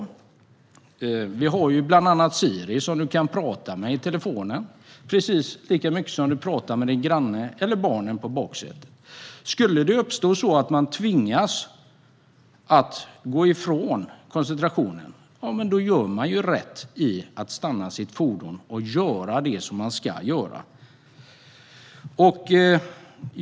I telefonen har vi bland annat Siri, som du kan prata med precis som du pratar med din granne eller barnen i baksätet. Skulle det hända att man tvingas släppa på koncentrationen gör man rätt i att stanna sitt fordon och göra det man ska.